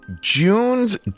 June's